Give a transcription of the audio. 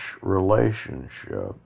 relationship